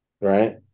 right